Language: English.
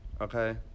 okay